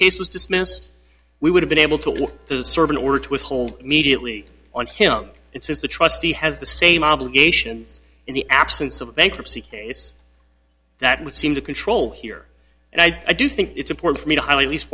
case was dismissed we would have been able to serve an order to withhold immediately on him and since the trustee has the same obligations in the absence of a bankruptcy case that would seem to control here and i do think it's important for me to highlight least